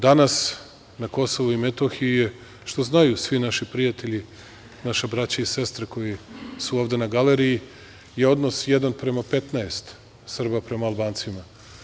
Danas na Kosovu i Metohiji je, što znaju svi naši prijatelji, naša braća i sestre koje su ovde na galeriji, odnos 1:15 Srba prema Albancima.